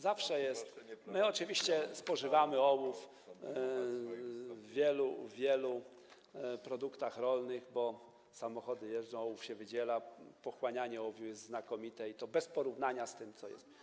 Zawsze jest tak, my oczywiście spożywamy ołów w wielu produktach rolnych, bo samochody jeżdżą, ołów się wydziela, pochłanianie ołowiu jest znakomite, i to bez porównania z tym, co jest.